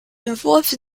involved